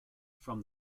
from